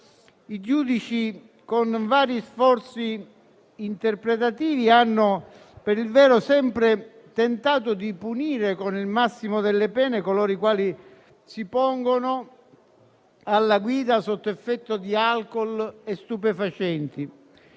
sociale. Con vari sforzi interpretativi, per il vero i giudici hanno sempre tentato di punire con il massimo delle pene coloro i quali si pongono alla guida sotto effetto di alcol e stupefacenti.